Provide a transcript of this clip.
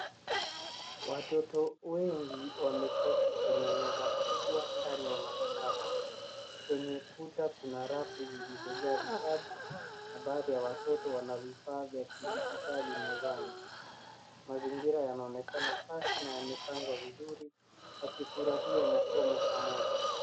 Watoto wengi wameketi kwenye meza kubwa ndani ya maktaba. Kwenye kuta kuna rafu zilizojaa vitabu na baadhi ya watoto wana vifaa vya kidijitali mezani. Mazingira yanaonekana safi na yamepangwa vizuri wakifurahia masomo pamoja.